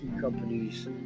companies